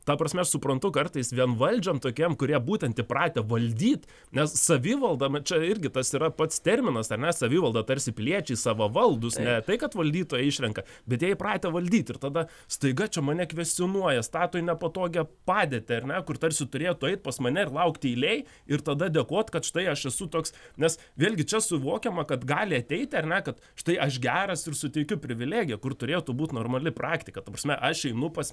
ta prasme aš suprantu kartais vienvaldžiam tokiem kurie būtent įpratę valdyt nes savivalda čia irgi tas yra pats terminas ar ne savivalda tarsi piliečiai savavaldūs ne tai kad valdytoją išrenka bet jie įpratę valdyt ir tada staiga čia mane kvestionuoja stato į nepatogią padėtį ar ne kur tarsi turėtų eit pas mane ir laukti eilėj ir tada dėkot kad štai aš esu toks nes vėlgi čia suvokiama kad gali ateiti ar ne kad štai aš geras ir suteikiu privilegiją kur turėtų būt normali praktika ta prasme aš einu pas